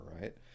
right